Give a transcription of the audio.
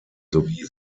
sowie